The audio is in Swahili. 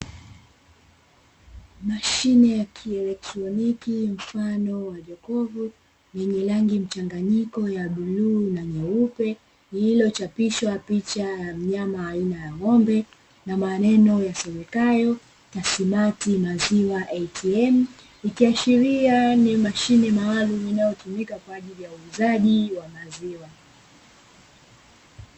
Mashine ya kielektroniki mfano wa jokofu yenye rangi mchanganyiko ya bluu na nyeupe iliyochapishwa picha ya mnyama aina ya ng’ombe na maneno yasomekayo "tasimani maziwa ATM" ikiashiria ni mashine maalumu inayotumika kwa ajili ya uuzaji wa wa maziwa.